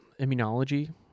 immunology